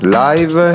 live